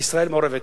ישראל מעורבת.